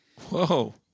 Whoa